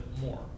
more